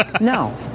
No